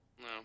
No